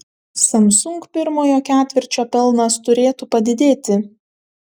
samsung pirmojo ketvirčio pelnas turėtų padidėti